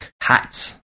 hats